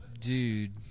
Dude